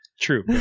True